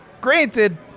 Granted